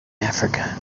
africa